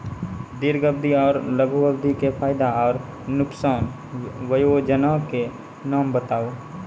दीर्घ अवधि आर लघु अवधि के फायदा आर नुकसान? वयोजना के नाम बताऊ?